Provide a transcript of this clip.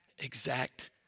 exact